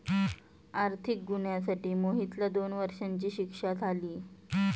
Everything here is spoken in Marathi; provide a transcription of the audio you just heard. आर्थिक गुन्ह्यासाठी मोहितला दोन वर्षांची शिक्षा झाली